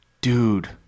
dude